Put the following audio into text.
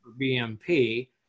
BMP